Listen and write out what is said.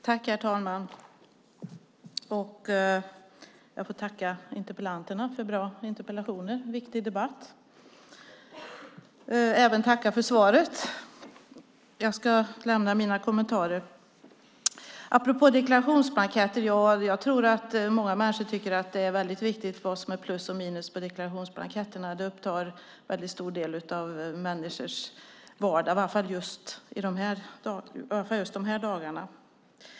Herr talman! Jag tackar interpellanterna för bra interpellationer. Det är en viktig debatt. Jag tackar även för svaret. Jag ska lämna mina kommentarer. Jag tror att många människor tycker att det är väldigt viktigt vad som är plus och minus på deklarationsblanketterna. Det upptar en väldigt stor del av människors vardag, i alla fall just de här dagarna.